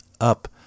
up